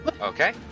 Okay